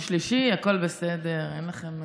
מה?